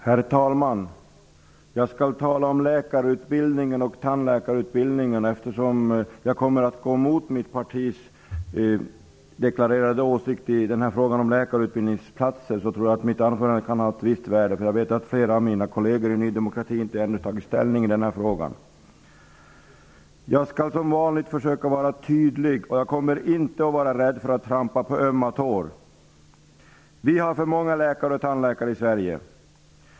Herr talman! Jag skall tala om läkarutbildningen och tandläkarutbildningen. Eftersom jag kommer att gå emot mitt partis deklarerade åsikt i frågan om antalet läkarutbildningsplatser tror jag att mitt anförande kan ha ett visst värde. Jag vet nämligen att flera av mina kolleger i Ny demokrati ännu inte har tagit ställning i denna fråga. Jag skall som vanligt försöka vara tydlig, och jag kommer inte att vara rädd för att trampa på några ömma tår. Vi har för många läkare och tandläkare i Sverige.